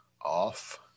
off